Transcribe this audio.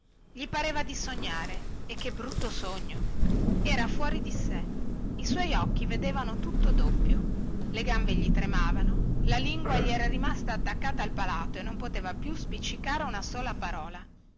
gli pareva di sognare e che brutto sogno era fuori di sé i suoi occhi vedevano tutto doppio le gambe gli tremavano la lingua gli era rimasta attaccata al palato e non poteva più spiccicare una sola parola